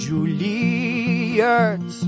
Juliet